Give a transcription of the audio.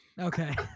Okay